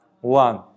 One